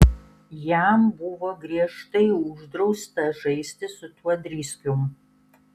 jam buvo griežtai uždrausta žaisti su tuo driskium